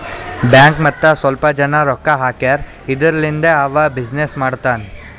bank ಮತ್ತ ಸ್ವಲ್ಪ ಜನ ರೊಕ್ಕಾ ಹಾಕ್ಯಾರ್ ಇದುರ್ಲಿಂದೇ ಅವಾ ಬಿಸಿನ್ನೆಸ್ ಮಾಡ್ತಾನ್